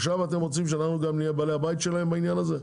עכשיו אתם רוצים שאנחנו גם נהיה בעלי הבית שלהם בעניין הזה?